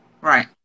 Right